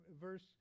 verse